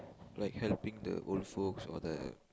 like helping the old folks all that